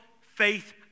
faith